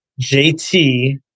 JT